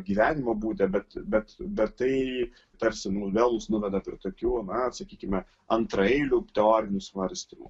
gyvenimo būde bet bet bet tai tarsi nu vėl mus nuveda prie tokių na sakykime antraeilių teorinių svarstymų